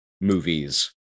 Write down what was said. movies